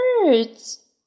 birds